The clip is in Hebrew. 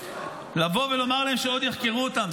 לבוא ולומר להם שעוד יחקרו אותם?